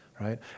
right